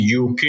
UK